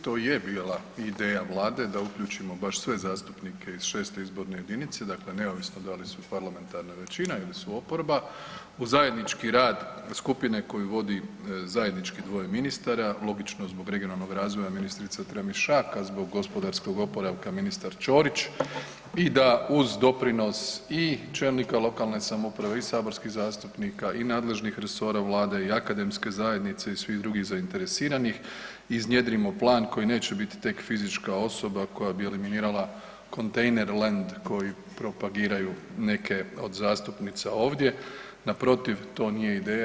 To je bila ideja Vlade da uključimo baš sve zastupnike iz 6. izborne jedinice, dakle neovisno da li su parlamentarna većina ili su oporba u zajednički rad skupine koju vodi zajednički dvoje ministara, logično zbog regionalnog razvoja ministrice Tramišak, a zbog gospodarskog oporavka ministar Ćorić i da uz doprinos i čelnika lokalne samouprave i saborskih zastupnika i nadležnih resora Vlade i akademske zajednice i svih drugih zainteresiranih iznjedrimo plan koji neće biti tek fizička osoba koja bi eliminirala kontejner land koji propagiraju neke od zastupnica ovdje, naprotiv to nije ideja.